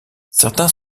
certains